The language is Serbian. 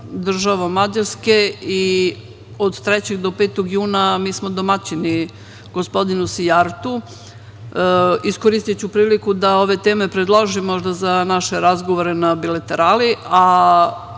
državom Mađarske. Od 3. do 5. juna mi smo domaćini gospodinu Sijartu. Iskoristiću priliku da ove teme predložim možda za naše razgovore na bilaterali, a